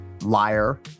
liar